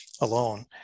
alone